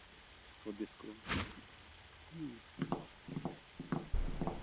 ᱫᱤᱥᱼᱦᱩᱫᱤᱥ ᱠᱩ ᱦᱩᱸ